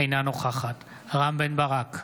אינה נוכחת רם בן ברק,